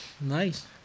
Nice